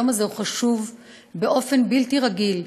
היום הזה חשוב באופן בלתי רגיל.